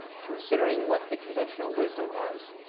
considering what the conventional wisdom was,